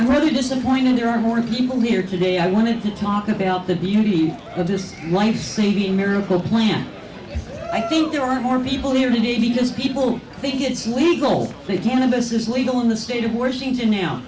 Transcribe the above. i'm really disappointed there are more people here today i wanted to talk about the beauty of this life saving miracle plan i think there are more people here today because people think it's legal they cannabis is legal in the state of washington now